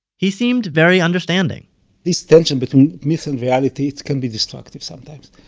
he seemed very understanding this tension between myth and reality it can be destructive sometimes.